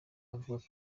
avuga